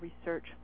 research